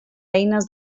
eines